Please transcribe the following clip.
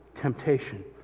temptation